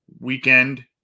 weekend